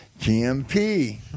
GMP